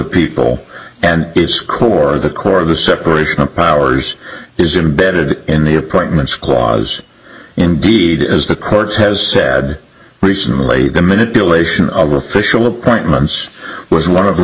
people and its core the core of the separation of powers is imbedded in the appointments clause indeed as the court has said recently the manipulation of official appointments was one of the